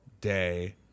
day